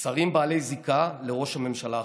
שרים בעלי זיקה לראש הממשלה החליפי: